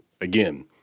again